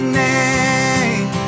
name